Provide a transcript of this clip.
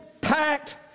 packed